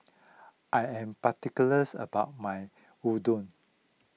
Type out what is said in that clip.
I am particular about my Unadon